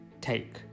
Take